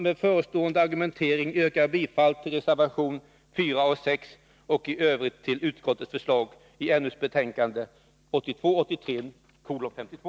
Med den anförda argumenteringen yrkar jag bifall till reservationerna 4 och 6 och i övrigt till näringsutskottets hemställan i dess betänkande 1982/83:52.